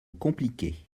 compliquer